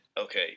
Okay